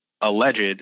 alleged